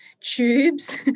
tubes